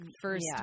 first